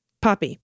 Poppy